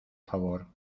favor